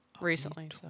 recently